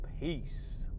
Peace